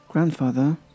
Grandfather